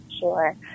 Sure